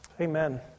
Amen